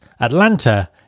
Atlanta